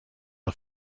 are